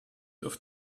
auf